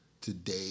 today